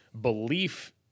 belief